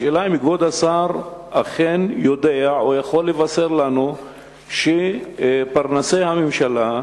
השאלה היא אם כבוד השר אכן יודע או יכול לבשר לנו שפרנסי הממשלה,